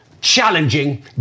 challenging